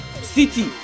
city